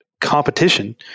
competition